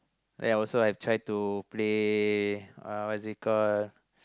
ya I also I try to play uh what is it call